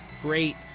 Great